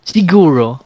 Siguro